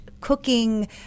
cooking